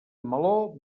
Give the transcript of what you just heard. meló